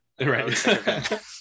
Right